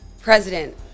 President